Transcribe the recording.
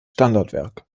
standardwerk